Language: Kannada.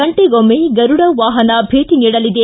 ಗಂಟೆಗೊಮ್ಮೆ ಗರುಡ ವಾಪನ ಭೇಟಿ ನೀಡಲಿದೆ